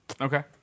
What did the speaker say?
okay